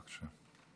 בבקשה.